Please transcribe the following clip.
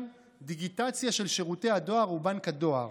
דיגיטציה של שירותי הדואר ובנק הדואר,